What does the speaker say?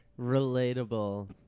relatable